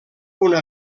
una